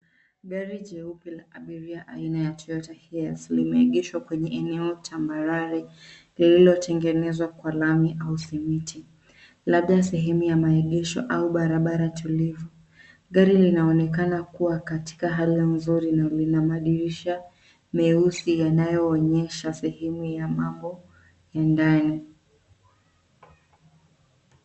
Gari jeupe la abiria aina ya Toyota Hiace imeegeshwa kwenye eneo tambarare lililotengenezwa kwa lami au simiti labda sehemu ya maegesho au barabara tulivu. Gari linaonekana kuwa katika hala mzuri na lina madirisha meusi yanayo onyesha sehemu ya mambo ya ndani.